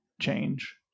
change